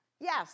yes